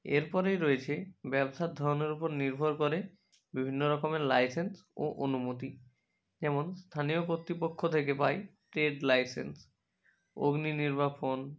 এর পরেই রয়েছে ব্যবসার ধরনের ওপর নির্ভর করে বিভিন্ন রকমের লাইসেন্স ও অনুমতি যেমন স্থানীয় কর্তৃপক্ষ থেকে পাই ট্রেড লাইসেন্স অগ্নি নির্বাপণ